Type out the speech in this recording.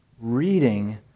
reading